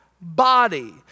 body